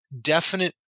Definite